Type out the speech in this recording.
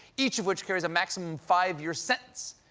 each of which carry a maximum five-year sentence.